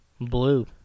Blue